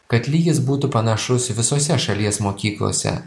kad lygis būtų panašus visose šalies mokyklose